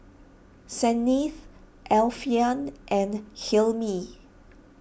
Senin Alfian and Hilmi